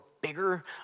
bigger